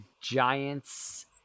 Giants